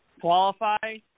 qualify